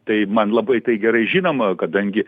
tai man labai tai gerai žinoma kadangi